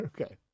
okay